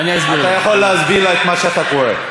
אתה יכול להסביר לה את מה שאתה קורא.